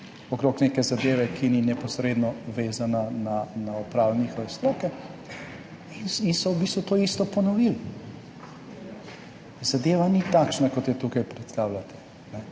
okrog neke zadeve, ki ni neposredno vezana na opravljanje njihove stroke, in so v bistvu to isto ponovili. Zadeva ni takšna, kot jo tukaj predstavljate.